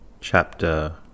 Chapter